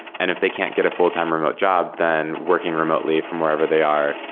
and if they can get a full time remote job, then working remotely from wherever they are,